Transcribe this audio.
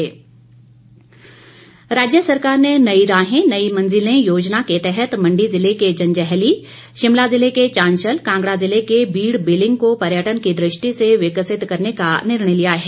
मुख्यमंत्री राज्य सरकार ने नई राहें नई मंजिलें योजना के तहत मंडी जिले के जंजहैली शिमला जिले के चांशल कांगड़ा जिले के बीड़ बीलिंग को पर्यटन की दृष्टि से विकसित करने का निर्णय लिया है